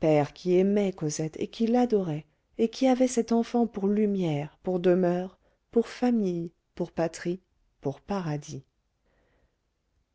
père qui aimait cosette et qui l'adorait et qui avait cette enfant pour lumière pour demeure pour famille pour patrie pour paradis